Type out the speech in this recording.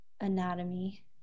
anatomy